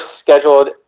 scheduled